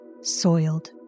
soiled